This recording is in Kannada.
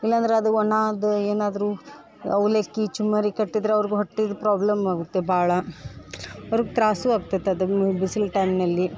ಇಲ್ಲಾಂದ್ರೆ ಅದು ಒಣಾದು ಏನಾದರೂ ಅವಲಕ್ಕಿ ಚುರ್ಮರಿ ಕಟ್ಟಿದರೆ ಅವ್ರ್ಗೆ ಹೊಟ್ಟೆದ್ ಪ್ರಾಬ್ಲಮ್ ಆಗುತ್ತೆ ಭಾಳ ಅವ್ರ್ಗೆ ತ್ರಾಸೂ ಆಗ್ತೈತೆ ಅದು ಮ್ ಬಿಸಿಲ್ ಟೈಮ್ನಲ್ಲಿ